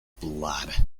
blood